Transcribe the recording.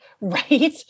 Right